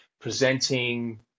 presenting